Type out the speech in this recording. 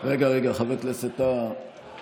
רגע, רגע, חבר הכנסת טאהא.